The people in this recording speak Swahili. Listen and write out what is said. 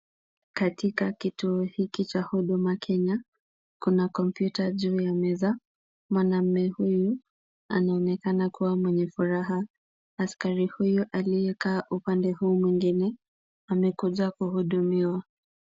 Katika kituo hiki cha huduma kenya, kuna kompyuta er juu ya meza, mwanaume huyu anaoekana kuwa mwenye furaha, askari huyu aliyekaa upande mwingine amekuja kuhudumiwa.